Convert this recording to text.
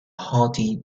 haughty